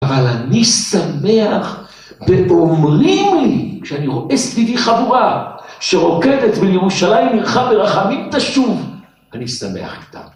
אבל אני שמח ואומרים לי כשאני רואה סביבי חבורה שרוקדת "ולירושלים עירך ברחמים תשוב" אני שמח איתה